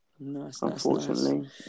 Unfortunately